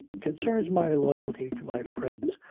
concerns my loyalty to my friends.